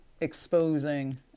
exposing